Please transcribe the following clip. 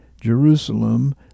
Jerusalem